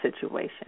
situation